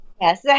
Yes